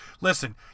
Listen